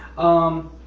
um,